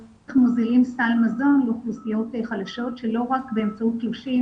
על איך מוזילים סל מזון לאוכלוסיות חלשות שלא רק באמצעות תלושים